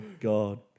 god